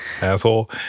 asshole